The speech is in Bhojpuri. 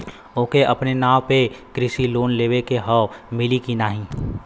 ओके अपने नाव पे कृषि लोन लेवे के हव मिली की ना ही?